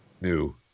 new